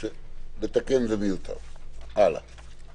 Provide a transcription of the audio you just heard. אדוני אמר קודם בצדק שבסוף צריך משניהם.